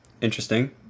Interesting